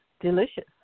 delicious